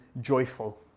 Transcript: joyful